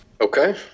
Okay